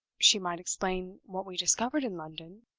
she might explain what we discovered in london,